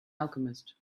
alchemist